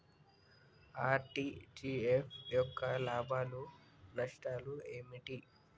RTGS యొక్క లాభాలు నష్టాలు ఏమిటి?